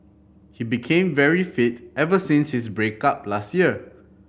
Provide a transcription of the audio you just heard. he became very fit ever since his break up last year